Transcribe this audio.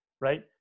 right